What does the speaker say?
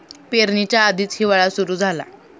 पेरणीच्या आधीच हिवाळा सुरू झाला